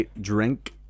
drink